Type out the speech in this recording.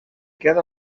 queda